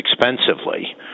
expensively